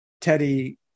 Teddy